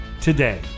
today